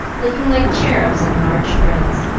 looking like cherubs in large frills.